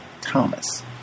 Thomas